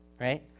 right